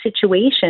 situation